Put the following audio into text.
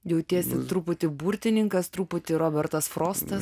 jautiesi truputį burtininkas truputį robertas frostas